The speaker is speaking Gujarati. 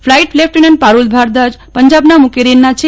ફલાઈટ લેફિટન્ટ પારૂલ ભારદ્વાજ પંજાબના મુકેરિયનના છે